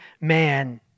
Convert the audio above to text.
man